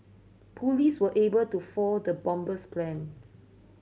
police were able to foil the bomber's plans